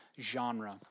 genre